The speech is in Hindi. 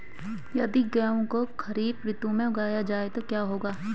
यदि गेहूँ को खरीफ ऋतु में उगाया जाए तो क्या होगा?